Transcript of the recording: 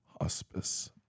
hospice